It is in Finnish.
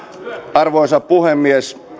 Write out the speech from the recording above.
arvoisa puhemies